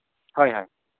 ᱦᱳᱭ ᱦᱳᱭ